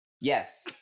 Yes